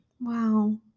wow